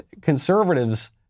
conservatives